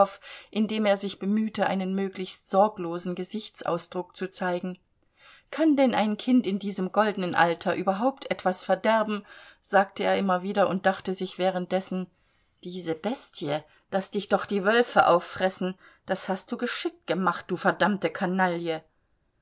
indem er sich bemühte einen möglichst sorglosen gesichtsausdruck zu zeigen kann denn ein kind in diesem goldenen alter überhaupt etwas verderben sagte er immer wieder und dachte sich währenddessen diese bestie daß dich doch die wölfe auffressen das hast du geschickt gemacht du verdammte kanaille